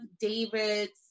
David's